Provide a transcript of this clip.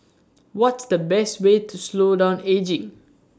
what's the best way to slow down ageing